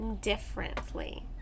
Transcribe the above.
differently